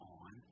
on